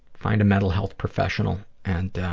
find a mental health professional and